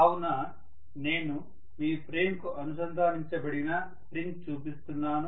కావున నేను మీ ఫ్రేమ్ కు అనుసంధానించబడిన స్ప్రింగ్ చూపిస్తున్నాను